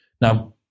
Now